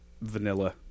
vanilla